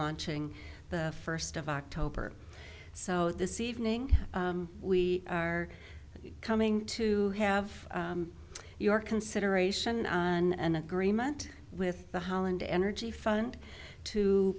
launching the first of october so this evening we are coming to have your consideration and agreement with the holland energy fund to